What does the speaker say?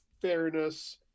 fairness